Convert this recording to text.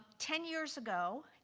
ten years ago,